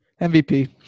MVP